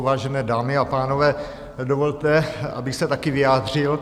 Vážené dámy a pánové, dovolte, abych se taky vyjádřil.